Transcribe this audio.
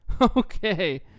Okay